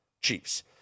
Chiefs